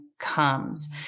comes